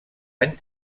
any